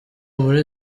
muri